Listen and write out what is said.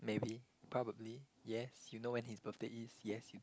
maybe probably yes you know when his birthday is yes